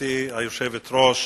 גברתי היושבת-ראש,